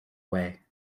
way